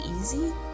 easy